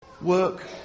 Work